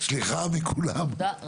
סליחה מכולם, תודה רבה.